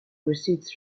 receipts